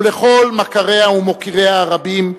ולכל מכריה ומוקיריה הרבים,